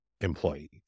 employee